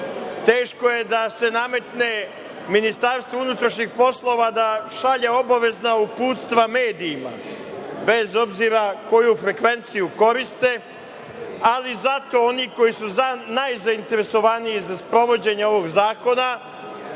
teško je da se nametne Ministarstvu unutrašnjih poslova da šalje obavezna uputstva medijima, bez obzira koju frekvenciju koriste, ali zato oni koji su najzainteresovaniji za sprovođenje ovog zakona,